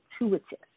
intuitive